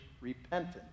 repentance